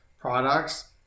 products